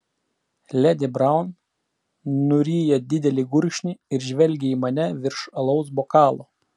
ledi braun nuryja didelį gurkšnį ir žvelgia į mane virš alaus bokalo